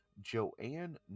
Joanne